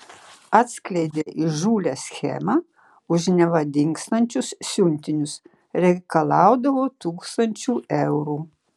atskleidė įžūlią schemą už neva dingstančius siuntinius reikalaudavo tūkstančių eurų